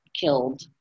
killed